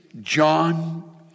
John